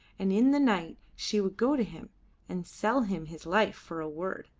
and in the night she would go to him and sell him his life for a word,